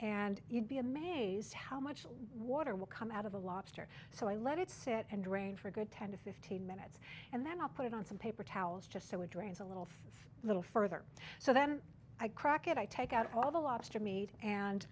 and you'd be amazed how much water will come out of the lobster so i let it sit and drain for a good ten to fifteen minutes and then i'll put it on some paper towels just so it drains a little things a little further so then i crack it i take out all the lobster meat